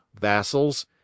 vassals